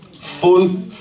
full